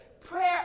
Prayer